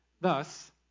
Thus